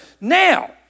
Now